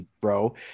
bro